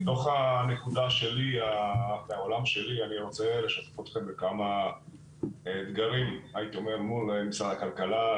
מתוך העולם שלי אני רוצה לשתף אתכם בכמה אתגרים מול משרד הכלכלה,